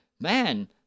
man